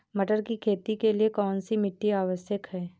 मटर की खेती के लिए कौन सी मिट्टी आवश्यक है?